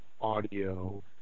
audio